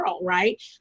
right